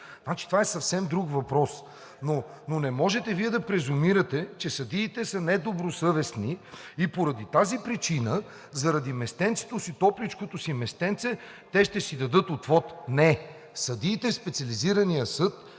значи това е съвсем друг въпрос. Но не можете Вие да презюмирате, че съдиите са недобросъвестни и поради тази причина, заради топличкото си местенце, те ще си дадат отвод! Не, съдиите в Специализирания съд